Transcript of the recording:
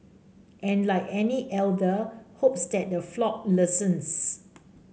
and like any elder hopes that the flock listens